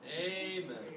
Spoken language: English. Amen